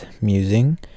musing